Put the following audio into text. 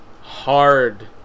Hard